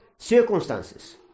circumstances